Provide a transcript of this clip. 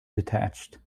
detached